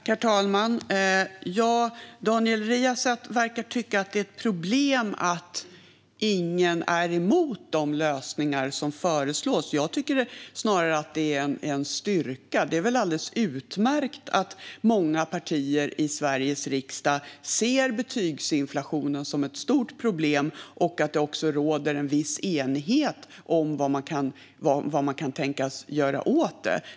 Herr talman! Daniel Riazat verkar tycka att det är ett problem att ingen är emot de lösningar som föreslås. Jag tycker snarare att det är en styrka. Det är väl alldeles utmärkt att många partier i Sveriges riksdag ser betygsinflationen som ett stort problem och att det också råder en viss enighet om vad man kan göra åt det.